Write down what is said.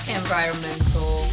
environmental